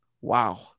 Wow